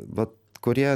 vat kurie